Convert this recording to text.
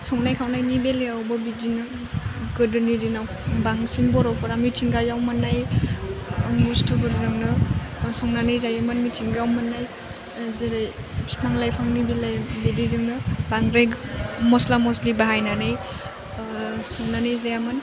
संनाय खावनायनि बेलायावबो बिदिनो गोदोनि दिनाव बांसिन बर'फोरा मिथिंगायाव मोन्नाय बुस्थुफोरजोंनो संनानै जायोमोन मिथिंगायाव मोननाय ओह जेरै फिफां लाइफानि बेलायाव बिदिजोंनो बांद्राय मस्ला मस्लि बाहायनानै ओह संनानै जायामोन